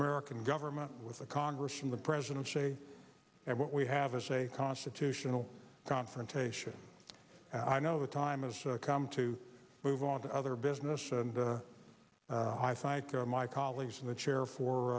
american government with the congress and the presidency and what we have as a constitutional confrontation i know the time has come to move on to other business and i cite my colleagues in the chair for